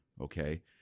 Okay